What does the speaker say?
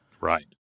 Right